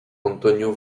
antonio